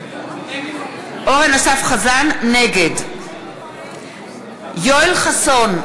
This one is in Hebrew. נגד יואל חסון,